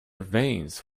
veins